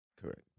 Correct